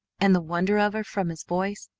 and the wonder of her from his voice?